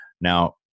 Now